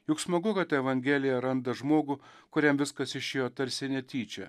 juk smagu kad evangelija randa žmogų kuriam viskas išėjo tarsi netyčia